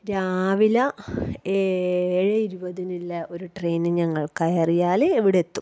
രാവില ഏഴ് ഇരുപതിനുള്ള ഒര് ട്രെയിന് ഞങ്ങൾ കയറിയാല് ഇവിടെ എത്തും